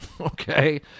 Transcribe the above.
Okay